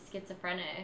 schizophrenic